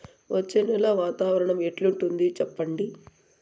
వచ్చే నెల వాతావరణం ఎట్లుంటుంది చెప్పండి?